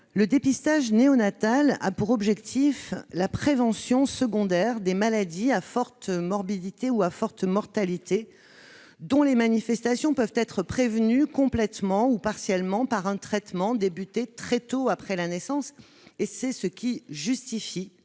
Le dépistage néonatal a pour objet la prévention secondaire des maladies à forte morbidité ou à forte mortalité dont les manifestations peuvent être prévenues complètement ou partiellement par un traitement engagé très tôt après la naissance. Ce qui justifie